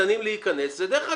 לקטנים להיכנס זה דרך הקטנים.